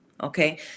okay